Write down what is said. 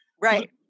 Right